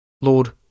Lord